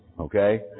Okay